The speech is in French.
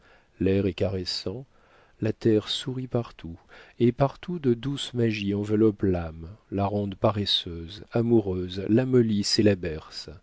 l'air est caressant la terre sourit partout et partout de douces magies enveloppent l'âme la rendent paresseuse amoureuse l'amollissent et la bercent